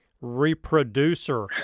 reproducer